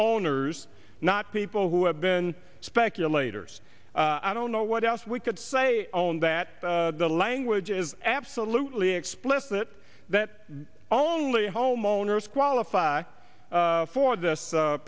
owners not people who have been speculators i don't know what else we could say on that the language is absolutely explicit that only homeowners qualify for this